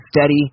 steady